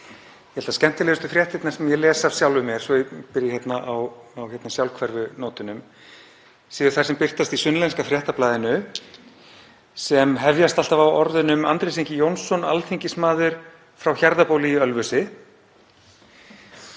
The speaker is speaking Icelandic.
Ég held að skemmtilegustu fréttirnar sem ég les af sjálfum mér, svo að ég byrji á sjálfhverfu nótunum, séu þær sem birtast í Sunnlenska fréttablaðinu sem hefjast alltaf á orðunum: Andrés Ingi Jónsson, alþingismaður frá Hjarðarbóli í Ölfusi.